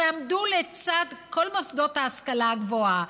שעמדו לצד כל מוסדות ההשכלה הגבוהה,